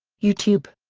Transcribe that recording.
youtube.